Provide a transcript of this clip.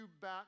back